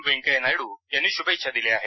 वेंकय्या नायडू यांनी शुभेच्छा दिल्या आहेत